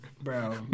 Bro